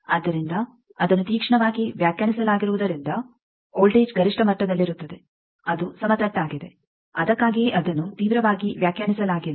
ಆದ್ದರಿಂದ ಅದನ್ನು ತೀಕ್ಷ್ಣವಾಗಿ ವ್ಯಾಖ್ಯಾನಿಸಲಾಗಿರುವುದರಿಂದ ವೋಲ್ಟೇಜ್ ಗರಿಷ್ಠ ಮಟ್ಟದಲ್ಲಿರುತ್ತದೆ ಅದು ಸಮತಟ್ಟಾಗಿದೆ ಅದಕ್ಕಾಗಿಯೇ ಅದನ್ನು ತೀವ್ರವಾಗಿ ವ್ಯಾಖ್ಯಾನಿಸಲಾಗಿಲ್ಲ